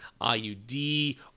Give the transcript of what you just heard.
IUD